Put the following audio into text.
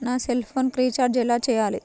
నా సెల్ఫోన్కు రీచార్జ్ ఎలా చేయాలి?